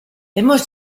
hemos